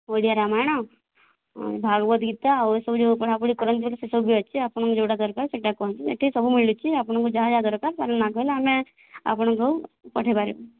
ଓଡ଼ିଆ ରାମାୟଣ ଭାଗବତ ଗୀତା ଆଉ ଏସବୁ ଯେଉଁ ପଢ଼ା ପଢ଼ି କରନ୍ତି ବୋଲି ସେସବୁ ବି ଅଛି ଆପଣଙ୍କୁ ଯେଉଁଟା ଦରକାର ସେଟା କୁହନ୍ତୁ ଏଠି ସବୁ ମିଳୁଚି ଆପଣଙ୍କୁ ଯାହା ଯାହା ଦରକାର ତା'ର ନାଁ କହିଲେ ଆମେ ଆପଣଙ୍କୁ ପଠାଇ ପାରିବୁ